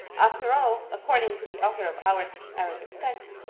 after all, according to the author of our arabic text,